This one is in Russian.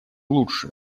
лучше